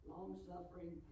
Long-suffering